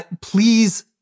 please